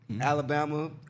Alabama